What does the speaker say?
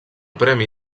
premi